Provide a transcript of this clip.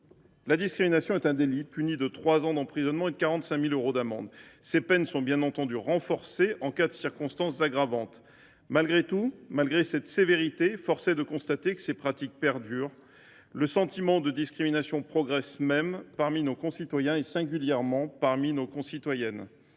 la discrimination est un délit puni de trois ans d’emprisonnement et de 45 000 euros d’amende. Ces peines sont bien entendu renforcées en cas de circonstances aggravantes. En dépit de cette sévérité, force est de constater que de telles pratiques perdurent. Le sentiment de discrimination progresse même parmi nos concitoyens, singulièrement parmi nos concitoyennes.